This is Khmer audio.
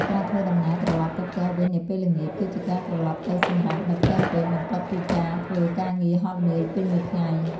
ការធ្វើដំណើរត្រឡប់ទៅផ្ទះវិញនាពេលល្ងាច គឺជាការត្រឡប់ទៅសម្រាកនៅផ្ទះវិញ បន្ទាប់ពីការធ្វើ ការងារហត់នឿយពេញមួយថ្ងៃ។